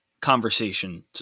conversation